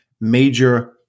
major